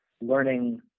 learning